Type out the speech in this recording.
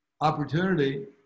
opportunity